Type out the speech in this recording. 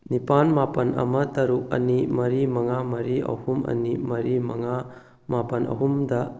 ꯅꯤꯄꯥꯜ ꯃꯥꯄꯜ ꯑꯃ ꯇꯔꯨꯛ ꯑꯅꯤ ꯃꯔꯤ ꯃꯉꯥ ꯃꯔꯤ ꯑꯍꯨꯝ ꯑꯅꯤ ꯃꯔꯤ ꯃꯉꯥ ꯃꯥꯄꯜ ꯑꯍꯨꯝꯗ